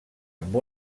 amb